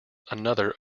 another